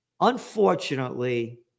unfortunately